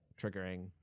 triggering